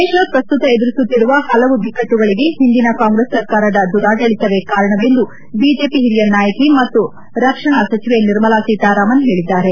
ದೇಶ ಪ್ರಸ್ತುತ ಎದುರಿಸುತ್ತಿರುವ ಪಲವು ಬಿಕ್ಟ್ಲುಗಳಿಗೆ ಒಂದಿನ ಕಾಂಗ್ರೆಸ್ ಸರ್ಕಾರದ ದುರಾಡಳಿತವೇ ಕಾರಣವೆಂದು ಬಿಜೆಪಿ ಹಿರಿಯ ನಾಯಕಿ ಮತ್ತು ರಕ್ಷಣಾ ಸಚಿವೆ ನಿರ್ಮಲಾ ಸೀತಾರಾಮನ್ ಹೇಳಿದ್ದಾರೆ